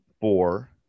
Four